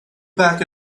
back